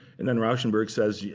and then rauschenberg says, yeah